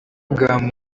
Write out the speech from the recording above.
bwa